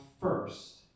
first